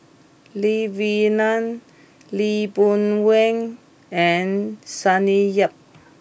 Lee Wee Nam Lee Boon Wang and Sonny Yap